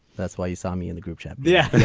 that's why you saw me in the group chat yeah.